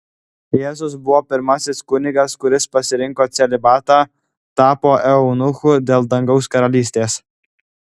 jėzus buvo pirmasis kunigas kuris pasirinko celibatą tapo eunuchu dėl dangaus karalystės